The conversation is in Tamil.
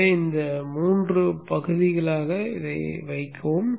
எனவே அதை இந்த 3 பகுதிகளாக வைக்கவும்